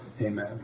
Amen